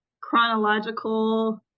chronological